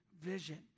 Vision